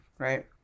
Right